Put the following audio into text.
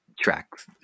tracks